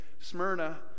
Smyrna